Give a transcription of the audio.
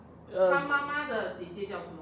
err